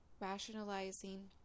rationalizing